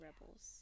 Rebels